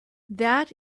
that